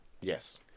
Yes